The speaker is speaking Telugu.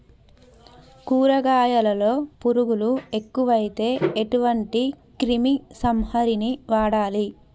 కూరగాయలలో పురుగులు ఎక్కువైతే ఎటువంటి క్రిమి సంహారిణి వాడాలి?